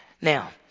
Now